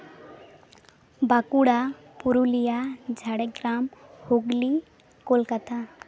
Bankura Purulia Jhargram Hooghly Kolkata